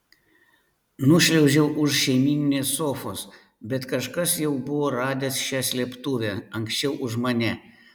nušliaužiau už šeimyninės sofos bet kažkas jau buvo radęs šią slėptuvę anksčiau už mane